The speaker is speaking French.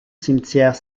cimetière